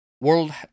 World